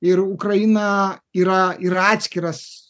ir ukraina yra yra atskiras